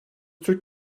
türk